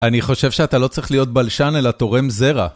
אני חושב שאתה לא צריך להיות בלשן אלא תורם זרע